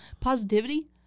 Positivity